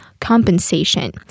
compensation